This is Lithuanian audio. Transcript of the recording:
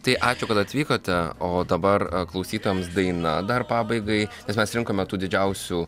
tai ačiū kad atvykote o dabar klausytojams daina dar pabaigai nes mes rinkome tų didžiausių